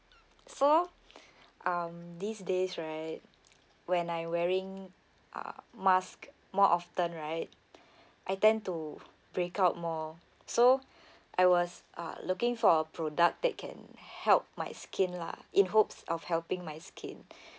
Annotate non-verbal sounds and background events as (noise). so um these days right when I'm wearing uh mask more often right I tend to break out more so I was uh looking for a product that can help my skin lah in hopes of helping my skin (breath)